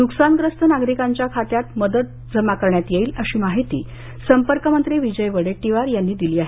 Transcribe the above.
नुकसानग्रस्त नागरिकांच्या खात्यात मदत जमा करण्यात येईल अशी माहितीसंपर्क मंत्री विजय वडेट्टीवार यांनी दिली आहेत